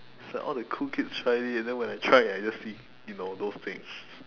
it's like all the cool kids tried it then when I tried I just see you know those things